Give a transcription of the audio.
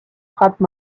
frappe